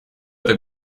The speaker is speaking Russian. это